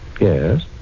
Yes